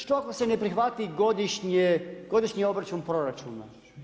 Što ako se ne prihvati godišnji obračun proračuna?